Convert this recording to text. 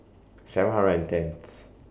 seven hundred and tenth